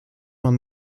man